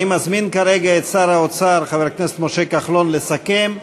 אני מזמין כרגע את שר האוצר חבר הכנסת משה כחלון לסכם.